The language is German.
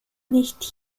nicht